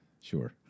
sure